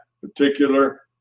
particular